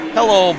Hello